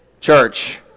Church